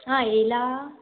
आं येयला